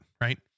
right